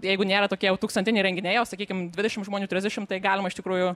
jeigu nėra tokie jau tūkstantiniai renginiai o sakykim dvidešim žmonių trisdešim tai galima iš tikrųjų